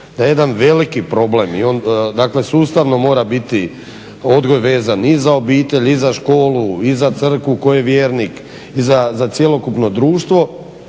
da je jedan veliki problem, dakle sustavno odgoj mora biti vezan i za obitelj i za školu i za crkvu tko je vjernik i za cjelukupno društvo